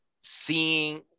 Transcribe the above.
seeing